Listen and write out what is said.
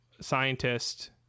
scientist